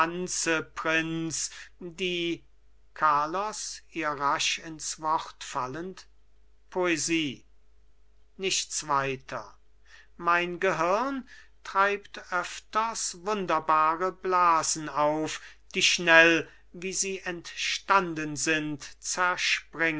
prinz die carlos ihr rasch ins wort fallend poesie nichts weiter mein gehirn treibt öfters wunderbare blasen auf die schnell wie sie entstanden sind